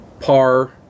Par